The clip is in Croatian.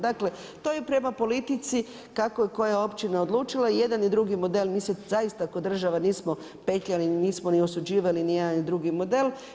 Dakle to je prema politici kako je koja općina odlučila, jedan i drugi model zaista ko država nismo petljali nismo ni osuđivali ni jedan ni drugi model.